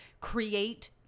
create